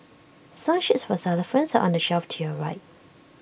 song sheets for xylophones are on the shelf to your right